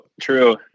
true